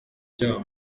byawo